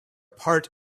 part